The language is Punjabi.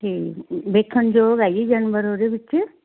ਅਤੇ ਵੇਖਣ ਯੋਗ ਹੈ ਜੀ ਜਾਨਵਰ ਉਹਦੇ ਵਿੱਚ